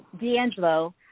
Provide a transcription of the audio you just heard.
D'Angelo